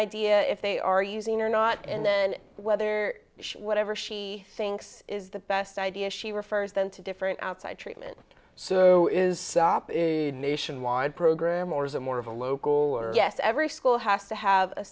idea if they are using or not and then whether whatever she thinks is the best idea she refers them to different outside treatment so is the program or is it more of a local yes every school has to have a